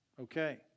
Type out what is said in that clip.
Okay